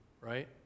right